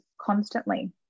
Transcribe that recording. constantly